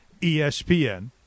ESPN